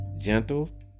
gentle